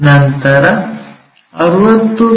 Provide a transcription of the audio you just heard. ನಂತರ 60 ಮಿ